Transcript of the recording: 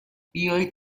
بیایید